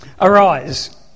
arise